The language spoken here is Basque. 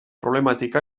problematika